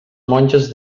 monges